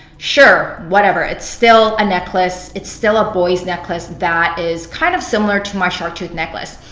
sure, whatever, it's still a necklace. it's still a boys necklace that is kind of similar to my shark tooth necklace.